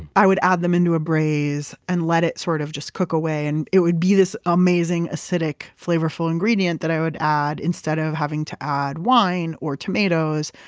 i would add them into a braise and let it sort of just cook away and it would be this amazing, acidic, flavorful ingredient that i would add instead of having to add wine or tomatoes,